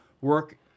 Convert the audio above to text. work